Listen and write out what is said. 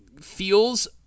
feels